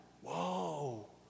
whoa